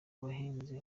buhinzi